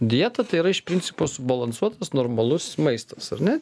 dieta tai yra iš principo subalansuotas normalus maistas ar ne